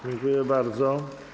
Dziękuję bardzo.